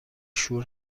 شور